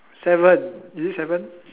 seven is it seven